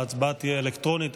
ההצבעה תהיה אלקטרונית.